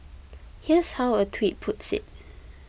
here's how a tweet puts it